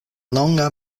longa